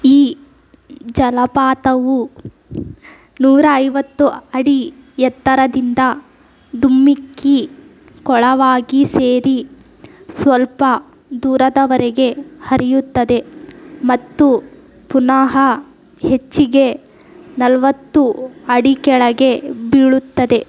ಈ ಜಲಪಾತವು ನೂರ ಐವತ್ತು ಅಡಿ ಎತ್ತರದಿಂದ ಧುಮ್ಮಿಕ್ಕಿ ಕೊಳವಾಗಿ ಸೇರಿ ಸ್ವಲ್ಪ ದೂರದವರೆಗೆ ಹರಿಯುತ್ತದೆ ಮತ್ತು ಪುನಃ ಹೆಚ್ಚಿಗೆ ನಲ್ವತ್ತು ಅಡಿ ಕೆಳಗೆ ಬೀಳುತ್ತದೆ